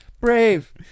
Brave